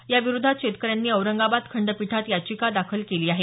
याविरोधात शेतकऱ्यांनी औरंगाबाद खंडपीठात याचिका दाखल केली आहे